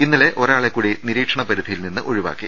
ഇന്നലെ ഒരാളെ കൂടി നിരീക്ഷണ പരിധിയിൽ നിന്നും ഒഴിവാക്കി